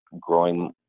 growing